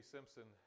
Simpson